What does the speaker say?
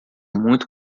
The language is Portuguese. muito